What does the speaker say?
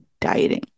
dieting